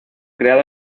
creado